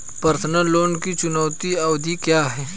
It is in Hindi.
पर्सनल लोन की चुकौती अवधि क्या है?